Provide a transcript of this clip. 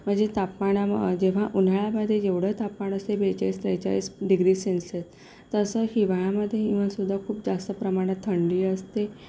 म्हणजे तापमानामु जेव्हा उन्हाळ्यामध्ये जेवढं तापमान असते बेचाळीस त्रेचाळीस डिग्री सेल्सिअस तसं हिवाळ्यामध्ये इव्हन सुद्धा खूप जास्त प्रमाणात थंडी असते